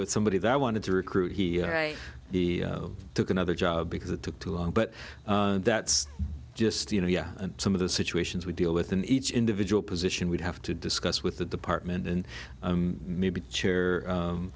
somebody that wanted to recruit he or i took another job because it took too long but that's just you know yeah and some of the situations we deal with in each individual position we'd have to discuss with the department and maybe chair